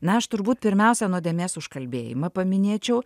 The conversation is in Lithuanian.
na aš turbūt pirmiausia nuodėmės užkalbėjimą paminėčiau